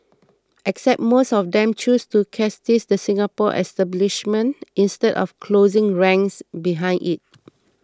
except most of them chose to chastise the Singapore establishment instead of 'closing ranks' behind it